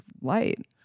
light